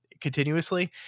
continuously